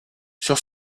sur